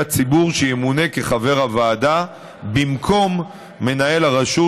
הציבור שימונה כחבר הוועדה במקום מנהל הרשות,